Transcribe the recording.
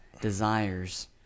desires